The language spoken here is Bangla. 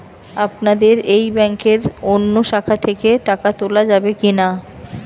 আপনাদের এই ব্যাংকের অন্য শাখা থেকে টাকা তোলা যাবে কি না?